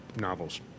novels